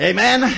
Amen